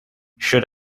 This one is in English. should